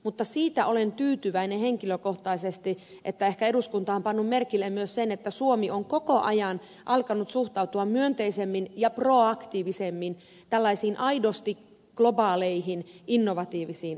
mutta siitä olen henkilökohtaisesti tyytyväinen että eduskunta on ehkä pannut merkille myös sen että suomi on koko ajan alkanut suhtautua myönteisemmin ja proaktiivisemmin tällaisiin aidosti globaaleihin innovatiivisiin rahoitusmekanismeihin